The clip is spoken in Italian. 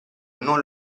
non